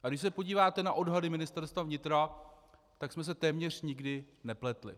A když se podíváte na odhady Ministerstva vnitra, tak jsme se téměř nikdy nepletli.